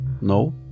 No